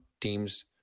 teams